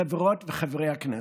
חברות וחברי הכנסת,